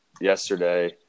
yesterday